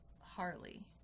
Harley